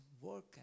work